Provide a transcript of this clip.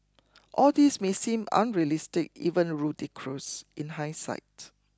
all this may seem unrealistic even ludicrous in hindsight